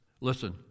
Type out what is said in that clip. Listen